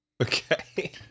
Okay